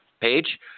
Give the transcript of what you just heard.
page